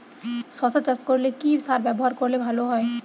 শশা চাষ করলে কি সার ব্যবহার করলে ভালো হয়?